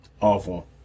Awful